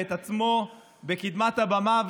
ואת עצמו בקדמת הבמה,